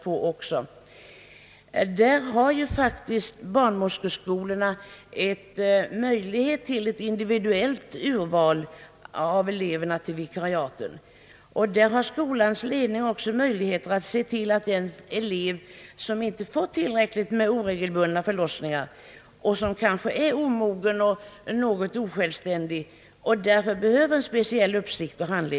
När vikariaten förläggs till utbildningsanstalter eller kliniker med tillgång till en: väldokumenterad handledning har skolans ledning också möjlighet att ge speciell handledning till den elev, som inte fått tillräcklig erfarenhet av oregelbundna förlossningar, som kanske är omogen och något osjälvständig och därför behöver speciell uppsikt.